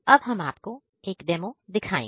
अब हम आपको एक डेमो दिखाएंगे